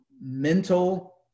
mental